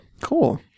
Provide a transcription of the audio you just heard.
Cool